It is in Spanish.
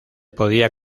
podía